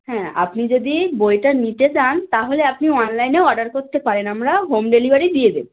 হ্যাঁ আপনি যদি বইটা নিতে চান তাহলে আপনি অনলাইনেও অর্ডার করতে পারেন আমরা হোম ডেলিভারি দিয়ে দেবো